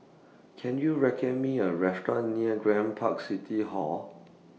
Can YOU recommend Me A Restaurant near Grand Park City Hall